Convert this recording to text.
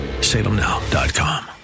salemnow.com